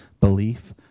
belief